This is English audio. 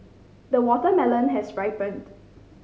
the watermelon has ripened